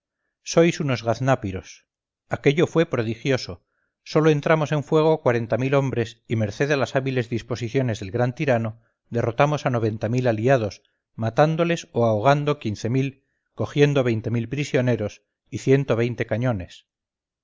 sois unos gaznápiros aquello fue prodigioso sólo entramos en fuego cuarenta mil hombres y merced a las hábiles disposiciones del gran tirano derrotamos a noventa mil aliados matándoles o ahogando quince mil cogiendo veinte mil prisioneros y ciento veinte cañones